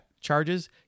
charges